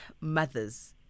mothers